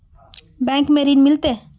Bank में ऋण मिलते?